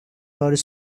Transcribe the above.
were